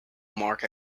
mark